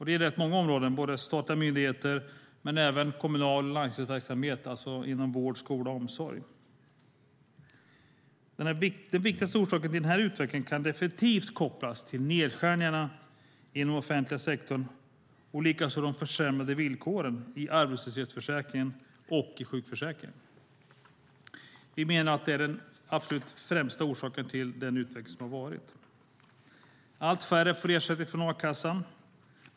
Det är många områden inom statliga myndigheter och även kommunal och landstingskommunal verksamhet, alltså inom vård, skola och omsorg. Den viktigaste orsaken till den utvecklingen kan definitivt kopplas till nedskärningarna inom den offentliga sektorn och de försämrade villkoren i arbetslöshetsförsäkringen och i sjukförsäkringen. Vi menar att det är den absolut främsta orsaken till den rådande utvecklingen. Allt färre får ersättning från a-kassan.